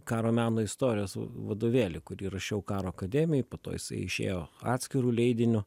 karo meno istorijos v vadovėlį kurį rašiau karo akademijai po to jisai išėjo atskiru leidiniu